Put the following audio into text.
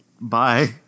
bye